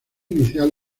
inicial